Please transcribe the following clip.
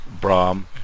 Brahm